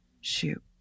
Shoot